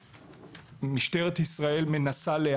משטרת ישראל מנסה מזה כמה שנים,